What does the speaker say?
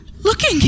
Looking